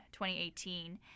2018